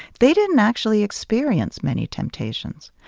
they didn't actually experience many temptations.